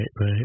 right